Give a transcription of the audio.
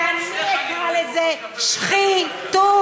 ואני אקרא לזה שחי-תות.